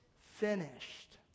finished